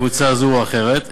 קבוצה כזו או אחרת,